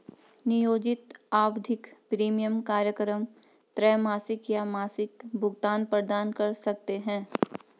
नियोजित आवधिक प्रीमियम कार्यक्रम त्रैमासिक या मासिक भुगतान प्रदान कर सकते हैं